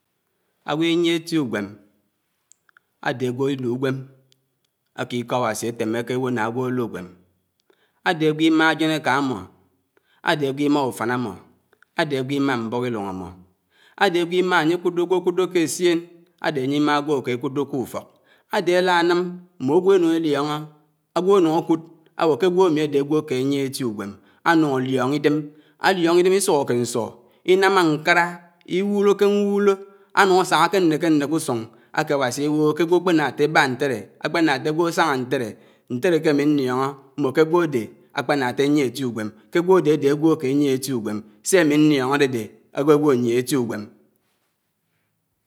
Ágwò ìnyié éti ùgwém ádé áywó íùgwèm áké íkó Áwási áteméké áwó ná ágwó ólú úgwém. Ádé ágwó ímá àjénéké ámó, ádé ágwò ímá úfán ámó, ádé ágwò íma mbókílleìñ ámó, ádé ágwò ányé kùdò k’éssién, ádé ànyimá ágwó áké kùdó kufók, ádé álá ánám mmò ágwò énúñ élíóñó, ágwò ánúñ ákúd, àwó ké ágwó ámí ádé ágwò ké ányiéhé étí ùwém. ánún álíóñó ídém, álíóñó ídém ísùhò ké ñsu, ínàmà ñkárá. íwuìlòké ñwúló ánùñ ásáñá ké ñnéké ñneké ùsùñ áké Áwásí àwóhó ké ágwò ákpéná áté ábá ñtété, ákpénà àté ágwò ásáñá ñtéré, ñtéré ké ámí ñníóñó mmò k’agwò ádé ákpéná átéyié étí úgwém, ágwò ádé ádé ágwò ké yìéhé étí ùgwém, sé ámí ñníóñó ádédè ágwò ányíéñé étí ùgwém.